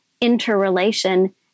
interrelation